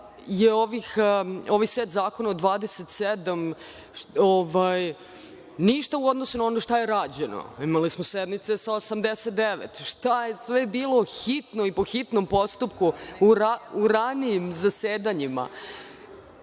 ovaj set zakona od 27 ništa u odnosu na ono šta je rađeno. Imali smo sednice sa 89 tačka, šta je sve bilo hitno i po hitnom postupku u ranijim zasedanjima